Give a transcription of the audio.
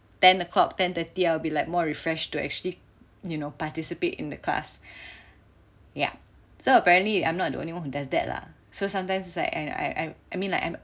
ten o'clock ten thirty I will be like more refreshed to actually you know participate in the class ya so apparently I'm not the only one who does that lah so sometimes like and I I I mean like I am